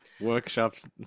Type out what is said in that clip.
workshops